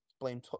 blame